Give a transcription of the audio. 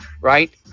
Right